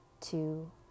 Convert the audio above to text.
two